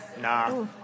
Nah